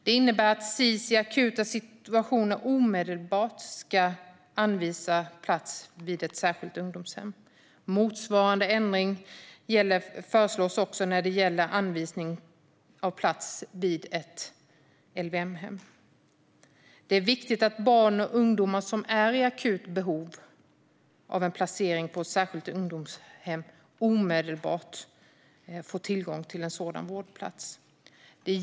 Det innebär att Sis i akuta situationer omedelbart ska anvisa plats vid ett särskilt ungdomshem. Motsvarande ändring föreslås när det gäller anvisning av plats vid ett LVM-hem. Det är viktigt att barn och ungdomar som är i akut behov av placering på särskilt ungdomshem omedelbart får tillgång till en sådan vårdplats.